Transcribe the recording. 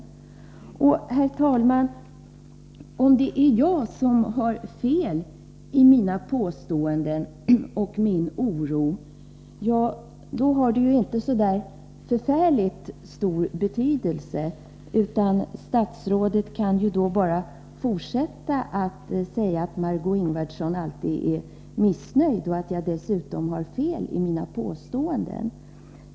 Herr talman! Om det är jag som har fel i mina påståenden och min oro, så har detta inte så förfärligt stor betydelse, utan då kan statsrådet fortsätta att säga att Margé Ingvardsson alltid är missnöjd, och att jag dessutom har fel i mina påståenden.